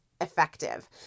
effective